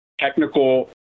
technical